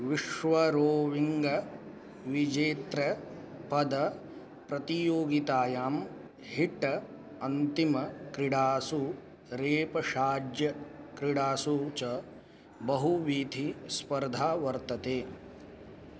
विश्व रोविङ्ग विजेत्रपदप्रतियोगितायां हिट्ट अन्तिमक्रिडासु रेपशाज्यक्रिडासू च बहुवीथिस्पर्धा वर्तते